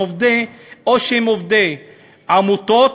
הם או עובדי עמותות,